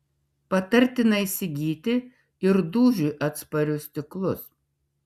patartina įsigyti ir dūžiui atsparius stiklus